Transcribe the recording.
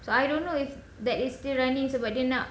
so I don't know if that is still running sebab dia nak